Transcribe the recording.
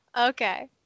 Okay